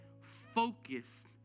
focused